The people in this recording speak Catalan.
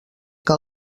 que